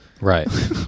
right